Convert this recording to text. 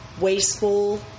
wasteful